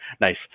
nice